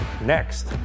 next